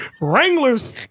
Wranglers